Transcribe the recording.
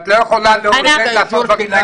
2,400 מקומות בהיכל